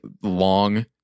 long